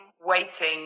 waiting